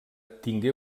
tingué